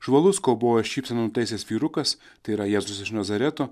žvalus kaubojo šypseną nutaisęs vyrukas tai yra jėzus iš nazareto